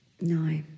no